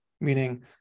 meaning